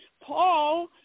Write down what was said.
Paul